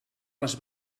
les